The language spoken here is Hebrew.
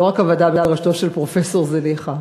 לא רק הוועדה בראשותו של פרופסור זליכה,